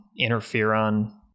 interferon